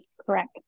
Correct